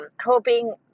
hoping